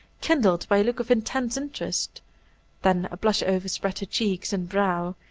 kindled by a look of intense interest then a blush overspread her cheeks and brow,